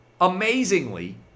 Amazingly